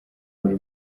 buri